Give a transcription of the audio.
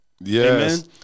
yes